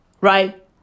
right